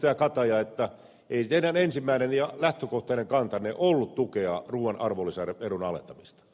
kataja että ei teidän ensimmäinen ja lähtökohtainen kantanne ollut tukea ruuan arvolisänveron alentamista